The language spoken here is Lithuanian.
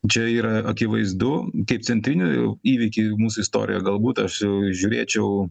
čia yra akivaizdu kaip centrinių įvykį mūsų istorijoje galbūt aš žiūrėčiau